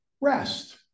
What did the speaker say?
rest